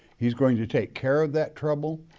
he's going to take care of that trouble,